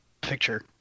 picture